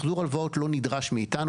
מחזור הלוואות לא נדרש מאיתנו.